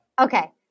Okay